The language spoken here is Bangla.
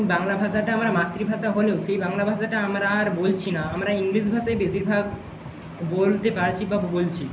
বাংলা ভাষাটা আমার মাতৃভাষা হলেও সেই বাংলা ভাষাটা আমরা আর বলছি না আমরা ইংলিশ ভাষাই বেশিরভাগ বলতে পারছি বা বলছি